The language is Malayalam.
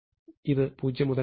ഇത് 0 മുതൽ mn 1 വരെയായിരിക്കും